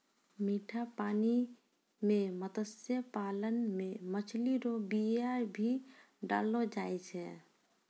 मीठा पानी मे मत्स्य पालन मे मछली रो बीया भी डाललो जाय छै